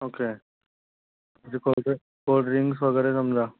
okay जे cold drink cold drinks वगैरे समजा